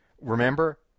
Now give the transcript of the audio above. remember